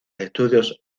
estudios